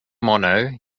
mono